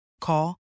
Call